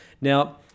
Now